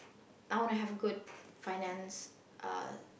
I wanna have a good finance uh